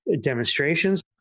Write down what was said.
demonstrations